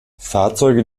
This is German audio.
fahrzeuge